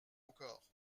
encore